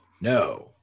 No